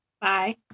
Bye